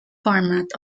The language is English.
format